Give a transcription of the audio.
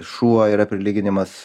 šuo yra prilyginimas